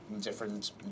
different